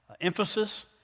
emphasis